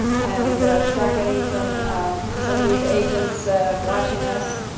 and start getting some some of these agents watching us,